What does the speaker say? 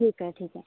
ठीक आहे ठीक आहे